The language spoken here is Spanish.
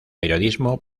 periodismo